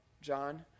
John